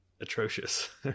atrocious